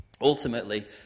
Ultimately